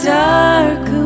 dark